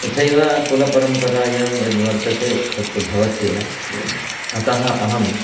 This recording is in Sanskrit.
तथैव कुलपरम्परायां यद्वर्तते तत्तु भवत्येव अतः अहं